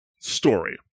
story